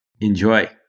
Enjoy